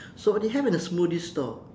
so what they have in a smoothie stall